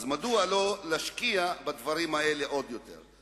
מדוע לא להשקיע עוד כסף בתשתיות הבריאות?